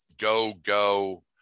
go-go